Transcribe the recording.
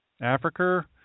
Africa